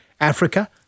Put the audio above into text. Africa